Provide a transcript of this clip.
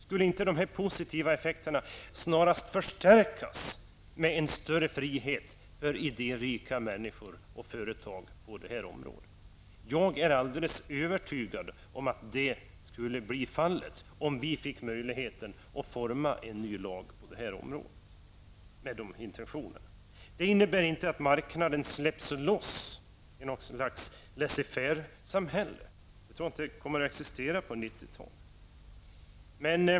Skulle inte de positiva effekterna snarast förstärkas med en större frihet för idérika människor och företag på det här området? Jag är alldeles övertygad om att så skulle bli fallet om vi fick möjlighet att forma en ny lag på det här området och med våra intentioner. Det innebär inte att marknaden släpps loss i ett något slags laissez-faire-samhälle. Det tror jag inte kommer att existera på 90-talet.